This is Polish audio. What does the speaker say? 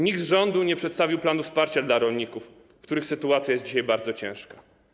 Nikt z rządu nie przedstawił planu wsparcia dla rolników, których sytuacja jest dzisiaj bardzo ciężka.